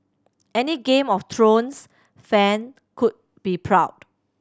any Game of Thrones fan would be proud